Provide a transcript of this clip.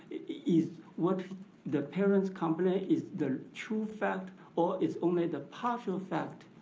is what the parents complain is the true fact, or is only the partial fact.